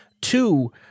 Two